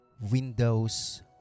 Windows